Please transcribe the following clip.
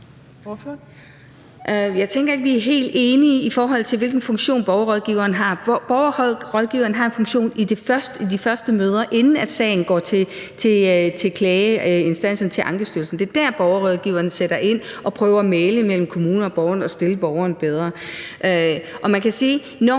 Jeg tænker ikke, at vi helt enige, i forhold til hvilken funktion borgerrådgiveren har. Borgerrådgiveren har en funktion i de første møder, inden sagen går til klageinstansen, til Ankestyrelsen. Det er der, borgerrådgiveren sætter ind og prøver at mægle imellem kommunen og borgerne og stille borgeren bedre. Man kan sige, at